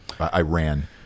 Iran